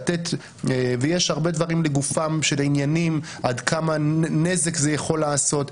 יש הרבה דברים לגופם של עניינים עד כמה נזק זה יכול לעשות.